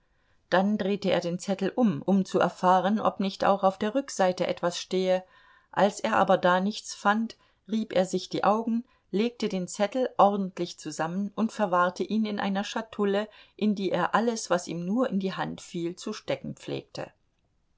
dann drehte er den zettel um um zu erfahren ob nicht auch auf der rückseite etwas stehe als er aber da nichts fand rieb er sich die augen legte den zettel ordentlich zusammen und verwahrte ihn in einer schatulle in die er alles was ihm nur in die hand fiel zu stecken pflegte